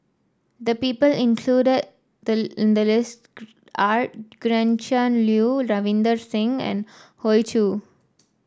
the people included the in the list are Gretchen Liu Ravinder Singh and Hoey Choo